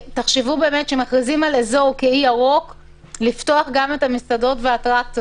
תחשבו כשמכריזים על אזור כאי ירוק גם לפתוח את המסעדות והאטרקציות.